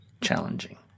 challenging